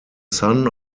son